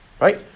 right